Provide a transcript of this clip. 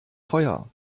feuer